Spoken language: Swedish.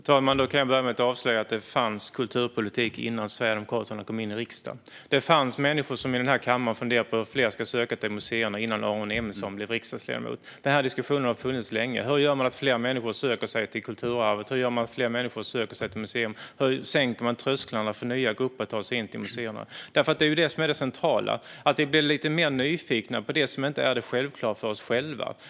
Fru talman! Då kan jag börja med att avslöja att det fanns kulturpolitik innan Sverigedemokraterna kom in i riksdagen. Det fanns människor som i den här kammaren funderade på hur fler ska söka sig till museerna innan Aron Emilsson blev riksdagsledamot. Den här diskussionen har funnits länge. Hur gör man så att fler människor söker sig till kulturarvet? Hur gör man så att fler människor söker sig till museer? Hur sänker man trösklarna för nya grupper att ta sig till museerna? Det är ju det som är det centrala, att man blir mer nyfiken på det som inte är det självklara, inte ens för oss själva.